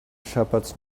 shepherds